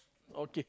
okay